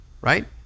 right